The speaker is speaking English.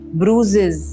bruises